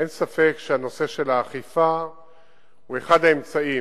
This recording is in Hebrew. אין ספק שהנושא של האכיפה הוא אחד האמצעים.